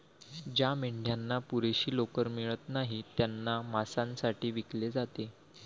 ज्या मेंढ्यांना पुरेशी लोकर मिळत नाही त्यांना मांसासाठी विकले जाते